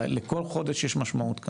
לכל חודש יש משמעות,